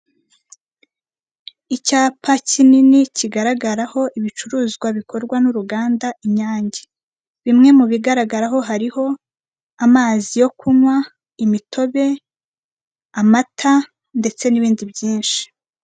Icyapa kinini kigaragaraho ibicuruzwa bikorwa n'uruganda inyange. Bimwe mu bigaragaraho, hariho amazi yo kunywa, imitobe, amata, ndetse n'ibindi byinshi.